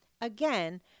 Again